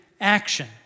action